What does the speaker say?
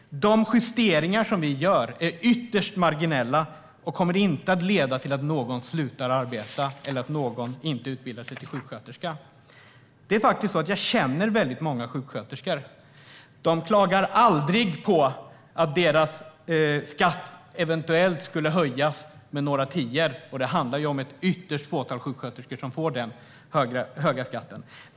De justeringar som vi gör är ytterst marginella och kommer inte att leda till att någon slutar att arbeta eller till att någon inte utbildar sig till sjuksköterska. Jag känner faktiskt väldigt många sjuksköterskor. De klagar aldrig på att deras skatt eventuellt skulle höjas med några tior, och det handlar om ett ytterst litet antal sjuksköterskor som får den högre skatten.